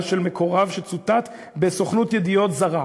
של מקורב שצוטט בסוכנות ידיעות זרה,